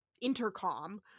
intercom